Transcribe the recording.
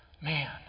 man